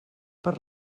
per